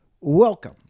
Welcome